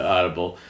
Audible